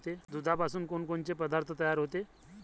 दुधापासून कोनकोनचे पदार्थ तयार होते?